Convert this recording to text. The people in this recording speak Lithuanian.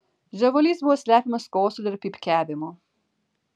žiovulys buvo slepiamas kosuliu ar pypkiavimu